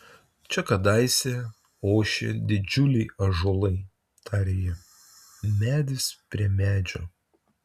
čia kadaise ošė didžiuliai ąžuolai tarė ji medis prie medžio